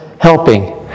Helping